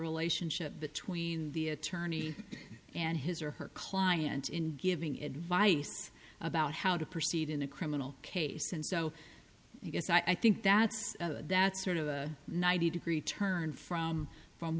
relationship between the attorney and his or her client in giving advice about how to proceed in a criminal case and so yes i think that's that's sort of a ninety degree turn from from